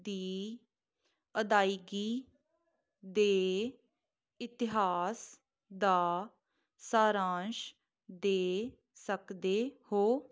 ਦੀ ਅਦਾਇਗੀ ਦੇ ਇਤਿਹਾਸ ਦਾ ਸਾਰਾਂਸ਼ ਦੇ ਸਕਦੇ ਹੋ